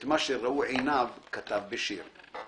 את מה שראו עיניו, כתב בשיר.